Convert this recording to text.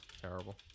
terrible